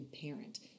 parent